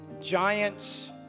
giants